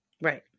Right